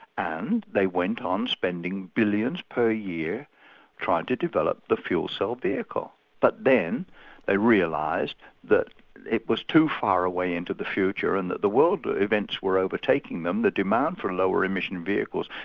and they went on spending billions per year trying to develop the fuel cell vehicle. but then they realised that it was too far away into the future and that the world but events were overtaking them, the demand for lower emission vehicles,